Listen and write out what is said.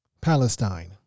Palestine